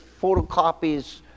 photocopies